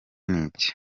n’iki